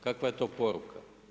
Kakva je to poruka?